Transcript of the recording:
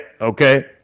okay